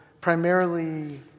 primarily